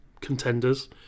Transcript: contenders